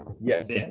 Yes